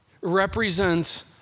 represents